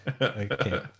Okay